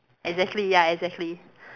exactly ya exactly